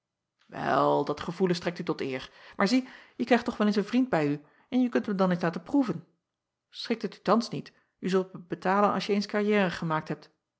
el dat gevoelen strekt u tot eer maar zie je krijgt toch wel eens een vriend bij u en je kunt hem dan eens laten proeven chikt het u thans niet je zult mij betalen als je eens carrière gemaakt hebt